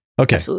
Okay